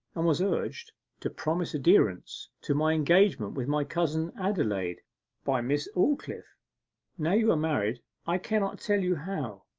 and was urged to promise adherence to my engagement with my cousin adelaide by miss aldclyffe now you are married i cannot tell you how,